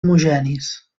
homogenis